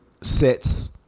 sets